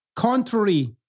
Contrary